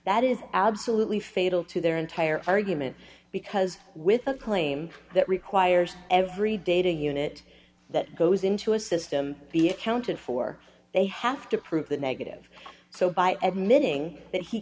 that is absolutely fatal to their entire argument because with a claim that requires every data unit that goes into a system be accounted for they have to prove the negative so by admitting that he